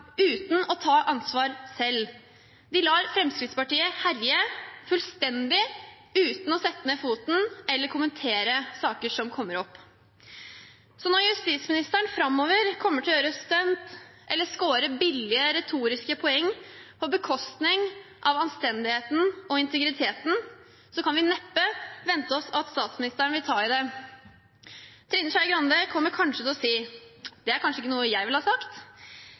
uten å ta ansvar selv. De lar Fremskrittspartiet herje fullstendig uten å sette ned foten eller kommentere saker som kommer opp. Når justisministeren framover kommer til å gjøre stunt eller skåre billige retoriske poeng på bekostning av anstendigheten og integriteten, kan vi neppe vente oss at statsministeren vil ta i dem. Trine Skei Grande kommer kanskje til å si at det kanskje ikke er noe hun ville sagt,